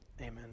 Amen